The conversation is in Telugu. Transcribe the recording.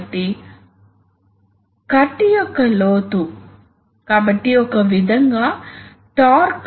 కాబట్టి ఇవి న్యుమాటిక్స్ యొక్క అనేక ప్రభావిత అంశాలు